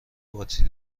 باتری